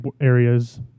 areas